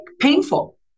painful